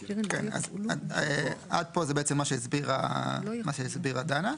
עד פה זה מה שהסבירה דנה,